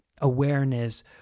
awareness